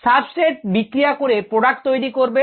substrate বিক্রিয়া করে product তৈরি করবে